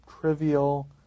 trivial